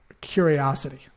curiosity